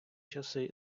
часи